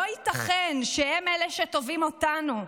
לא ייתכן שהם אלה שתובעים אותנו,